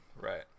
right